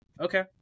Okay